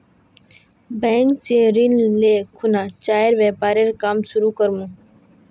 bank स ऋण ले खुना चाइर व्यापारेर काम शुरू कर मु